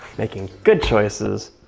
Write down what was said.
making good choices.